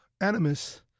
animus